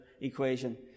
equation